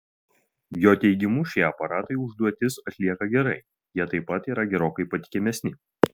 jo teigimu šie aparatai užduotis atlieka gerai jie taip pat yra gerokai patikimesni